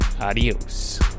Adios